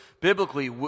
Biblically